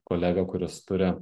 kolegą kuris turi